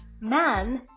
man